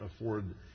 afford